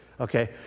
Okay